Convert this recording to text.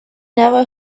never